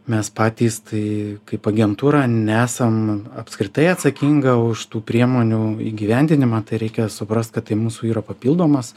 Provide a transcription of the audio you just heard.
mes patys tai kaip agentūra nesam apskritai atsakinga už tų priemonių įgyvendinimą tai reikia suprast kad tai mūsų yra papildomas